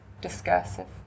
discursive